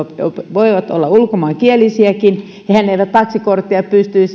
voivat olla ulkomaankielisiäkin eivät taksikorttia